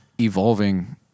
evolving-